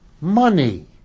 Money